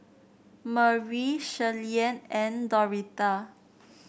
Murry Shirleyann and Doretha